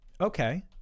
Okay